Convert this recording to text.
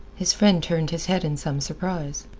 his friend turned his head in some surprise,